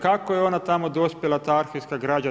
Kako je ona tamo dospjela ta arhivska građa?